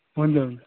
हुन्छ हुन्छ